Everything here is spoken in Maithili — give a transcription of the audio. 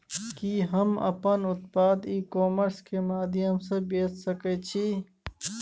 कि हम अपन उत्पाद ई कॉमर्स के माध्यम से बेच सकै छी?